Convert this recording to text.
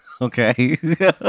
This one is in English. Okay